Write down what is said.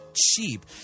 Cheap